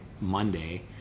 Monday